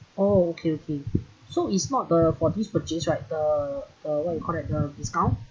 oh okay okay so it's not the for this purchase right the the what you call that the discount